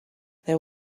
there